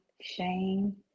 shame